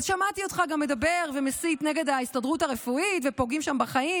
שמעתי אותך גם מדבר ומסית נגד ההסתדרות הרפואית שפוגעים שם בחיים.